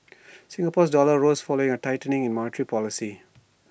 Singapore's dollar rose following A tightening in monetary policy